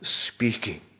speaking